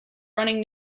running